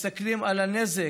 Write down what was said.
מסתכלים על הנזק,